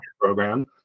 program